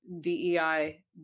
DEI